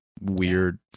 weird